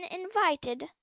invited